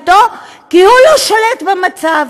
כי הוא לא שולט במצב.